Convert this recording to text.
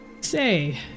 Say